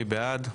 מי בעד?